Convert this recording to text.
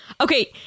okay